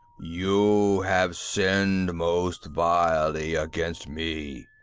you have sinned most vilely against me,